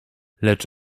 lecz